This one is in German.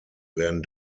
werden